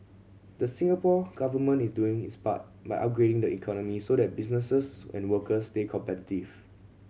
the Singapore Government is doing its part by upgrading the economy so that businesses and workers stay competitive